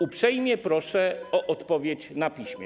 Uprzejmie proszę o odpowiedź na piśmie.